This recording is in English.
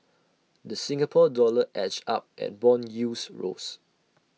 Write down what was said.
the Singapore dollar edged up and Bond yields rose